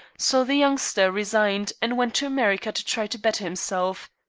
so the youngster resigned and went to america to try to better himself.